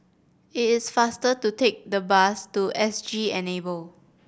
it is faster to take the bus to S G Enable